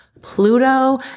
Pluto